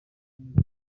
neza